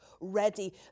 ready